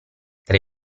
tra